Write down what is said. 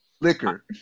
liquor